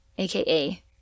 AKA